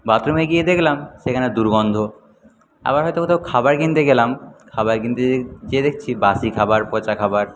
বাথরুমে গিয়ে দেখলাম সেইখানে দুর্গন্ধ আবার হয়তো কোথাও খাবার কিনতে গেলাম খাবার কিনতে গিয়ে দেখছি বাসি খাবার পচা খাবার